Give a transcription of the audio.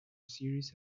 series